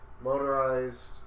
Motorized